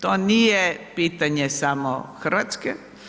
To nije pitanje samo Hrvatske.